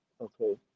Okay